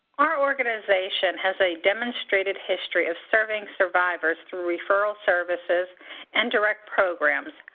our organization has a demonstrated history of serving survivors through referral services and direct programs,